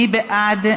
מי בעד?